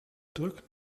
druk